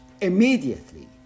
immediately